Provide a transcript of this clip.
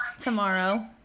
Tomorrow